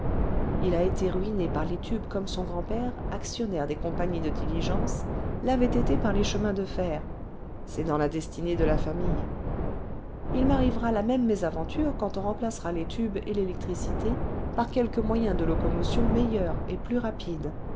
h a été ruiné par les tubes comme son grand-père actionnaire des compagnies de diligences l'avait été par les chemins de fer c'est dans la destinée de la famille il m'arrivera la même mésaventure quand on remplacera les tubes et l'électricité par quelque moyen de locomotion meilleur et plus rapide